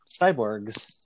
cyborgs